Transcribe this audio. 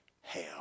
hell